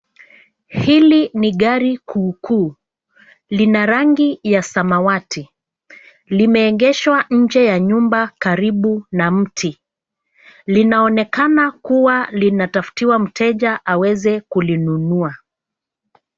Hili ni gari kuukuu. Lina rangi ya samawati. Limeegeshwa nje ya nyumba karibu na mti. Linaonekana kuwa linatafutiwa mteja aweze kulinunua.